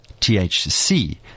THC